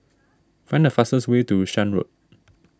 find the fastest way to Shan Road